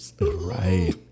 right